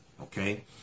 okay